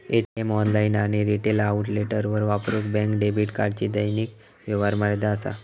ATM, online आणि retail आउटलेटवर वापरूक बँक डेबिट कार्डची दैनिक व्यवहार मर्यादा असा